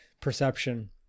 perception